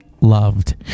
loved